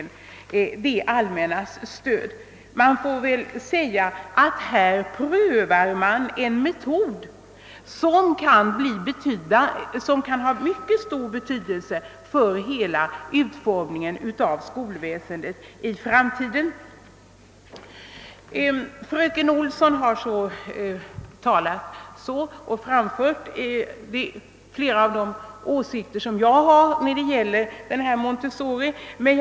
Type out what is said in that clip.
Man prövar här en metod som kan få mycket stor betydelse för utformningen av hela skolväsendet i framtiden. Fröken Olsson har framfört flera av de åsikter jag har beträffande montessoripedagogiken.